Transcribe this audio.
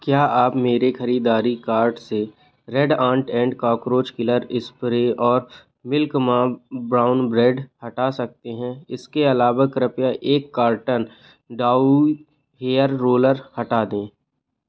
क्या आप मेरे ख़रीदारी कार्ट से red ant and cockroach killer spray और मिल्क मा ब्राउन ब्रेड हटा सकते हैं इसके अलावा कृपया एक कार्टन डाईऊ हेयर रोलर हटा दें